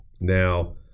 Now